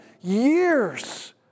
years